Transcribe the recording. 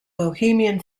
bohemian